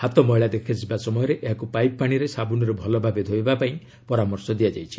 ହାତ ମଇଳା ଦେଖାଯିବା ସମୟରେ ଏହାକୁ ପାଇପ ପାଣିରେ ସାବୁନରେ ଭଲ ଭାବେ ଧୋଇବା ପାଇଁ ପରାମର୍ଶ ଦିଆଯାଇଛି